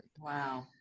Wow